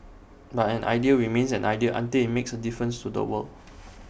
but an idea remains an idea until IT makes A difference to the world